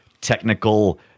technical